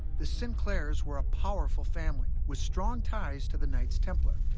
the sinclairs were a powerful family with strong ties to the knights templar.